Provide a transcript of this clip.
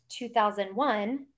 2001